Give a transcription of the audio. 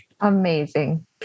Amazing